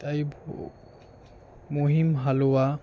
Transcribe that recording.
তাই মহিম হালুয়া